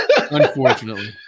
Unfortunately